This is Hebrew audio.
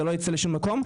זה לא יביא לשום מקום.